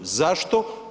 Zašto?